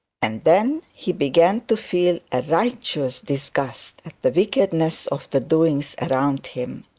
and then he began to feel a righteous disgust at the wickedness of the doings around him.